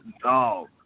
Dog